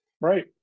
right